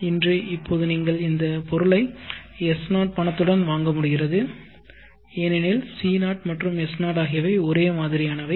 எனவே இன்று இப்போது நீங்கள் இந்த பொருளை S0 பணத்துடன் வாங்க முடிகிறது ஏனெனில் மதிப்பு C0 மற்றும் மதிப்பு S0 ஆகியவை ஒரே மாதிரியானவை